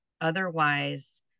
Otherwise